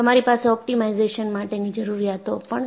તમારી પાસે ઑપ્ટિમાઇઝેશન માટેની જરૂરિયાતો પણ છે